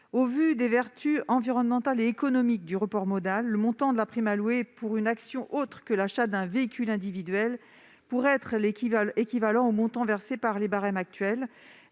Au vu des vertus environnementales et économiques du report modal, le montant de la prime allouée pour une action autre que l'achat d'un véhicule individuel pourrait être équivalent aux montants versés selon les barèmes actuels,